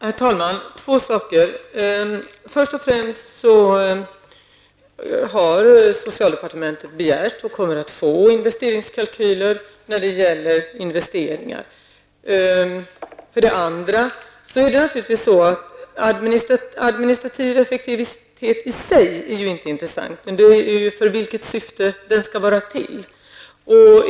Herr talman! Två saker. För det första har socialdepartementet begärt och kommer också att få investeringskalkylen när det gäller investeringar. För det andra är ju inte administrativ effektivitet i sig intressant. Det gäller syftet.